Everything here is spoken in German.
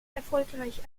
erfolgreich